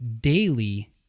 daily